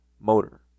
motor